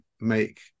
make